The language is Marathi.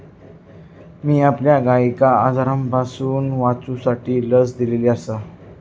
मी आपल्या गायिंका आजारांपासून वाचवूसाठी लस दिलेली आसा